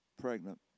pregnant